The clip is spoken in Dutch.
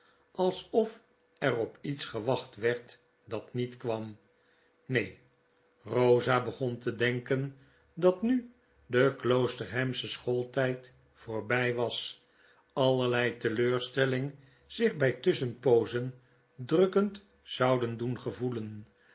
alsof er op iets gewacht werd dat niet kwam neen rosa begon te het geheim van edwin drood denken dat nu de kloosterhamsche sehooltyd voorby was allerlei teleurstelling zich by tusschenpoozen drukkend zouden doen gevoelen